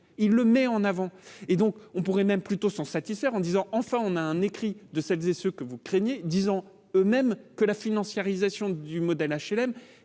il le met en avant, et donc on pourrait même plutôt sont satisfaire en disant : enfin, on a un écrit de celles et ceux que vous craignez disant eux-mêmes que la financiarisation du modèle HLM